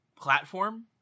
platform